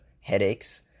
headaches